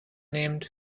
nehmend